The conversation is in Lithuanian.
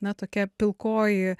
na tokia pilkoji